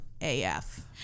AF